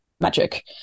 magic